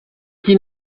qui